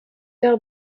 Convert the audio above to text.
der